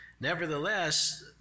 Nevertheless